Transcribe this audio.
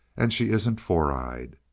and she isn't four-eyed.